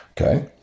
Okay